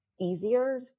easier